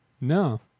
No